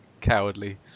cowardly